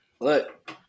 Look